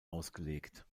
ausgelegt